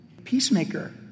Peacemaker